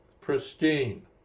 Pristine